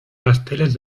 pasteles